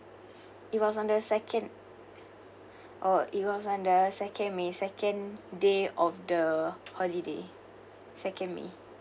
it was on the second orh it was on the second may second day of the holiday second may